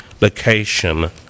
location